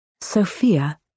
Sophia